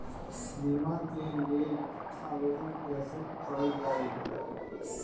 बीमा के लेल आवेदन कैसे कयील जाइ?